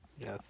Yes